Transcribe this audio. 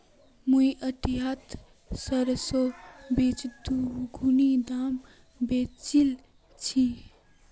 मुई हटियात सरसोर बीज दीगुना दामत बेचील छि